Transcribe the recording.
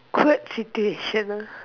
could it situation ah